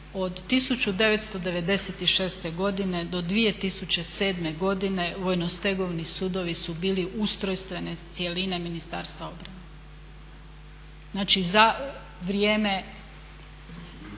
od 1996. godine do 2007. godine vojnostegovni sudovi su bili ustrojstvene cjeline Ministarstva obrane.